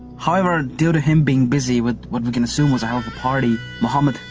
however, due to him being busy with, what we can assume was a hell of a party, muhammad,